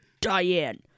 Diane